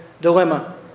dilemma